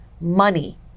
money